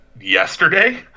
yesterday